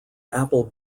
apple